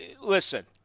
Listen